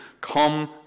come